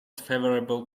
favorable